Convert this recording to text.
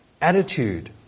attitude